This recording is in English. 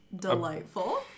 Delightful